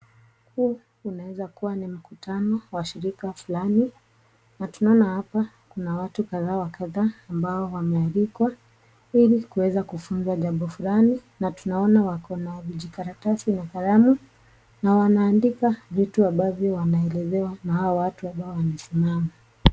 Huu unaeza kuwa ni mkutano wa shirika fulani na tunaona hapa kuna watu kadha wa kadha ambao wamealikwa ili kuweza kufunzwa jambo fulani na tunaona wako na vijikaratasi na kalamu na wanaandika vitu ambavyo wanaelezewa na hao watu ambao wamesimama.